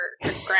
ground